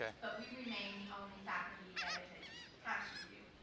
but we remain the only faculty-edited tax review.